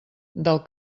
del